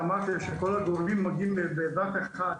שאמרת שכל הגורמים מגיעים בבת אחת.